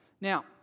Now